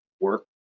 work